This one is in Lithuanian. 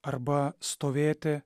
arba stovėti